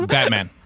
Batman